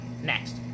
Next